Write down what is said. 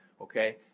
okay